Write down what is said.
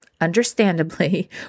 Understandably